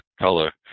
color